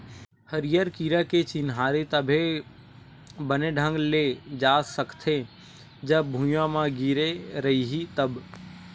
हरियर कीरा के चिन्हारी तभे बने ढंग ले जा सकथे, जब भूइयाँ म गिरे रइही तब